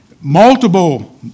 multiple